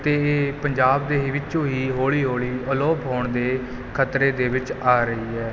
ਅਤੇ ਪੰਜਾਬ ਦੇ ਹੀ ਵਿੱਚੋਂ ਹੀ ਹੌਲੀ ਹੌਲੀ ਅਲੋਪ ਹੋਣ ਦੇ ਖਤਰੇ ਦੇ ਵਿੱਚ ਆ ਰਹੀ ਹੈ